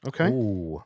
Okay